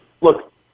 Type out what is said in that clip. look